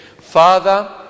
father